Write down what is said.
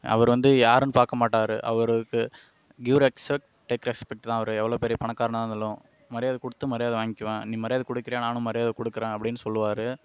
அவரு வந்து யாருனு பார்க்கமாட்டாரு அவருக்கு கிவ் ரெஸ்பெக்ட் டேக் ரெஸ்பெக்ட் தான் அவரு எவ்வளோ பெரிய பணக்காரனாக இருந்தாலும் மரியாதை கொடுத்து மரியாதை வாங்கிகுவேன் நீ மரியாதை கொடுகுறியா நானும் மரியாதை கொடுக்குறன் அப்படினு சொல்லுவார்